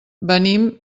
venim